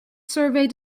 survey